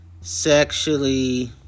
sexually